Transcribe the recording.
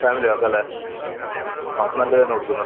family നോക്കാ അല്ലേ ആ നല്ല തന്നെ കൊടുക്കുന്ന